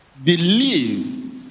Believe